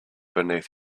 beneath